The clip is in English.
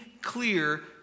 clear